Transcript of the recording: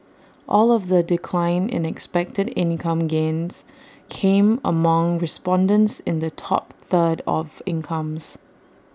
all of the decline in expected income gains came among respondents in the top third of incomes